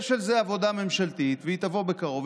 יש על זה עבודה ממשלתית, והיא תבוא בקרוב.